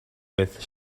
with